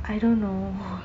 I don't know